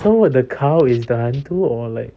so what the cow is the hantu or like